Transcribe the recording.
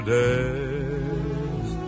days